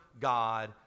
God